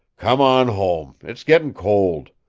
come on home! it's getting cold.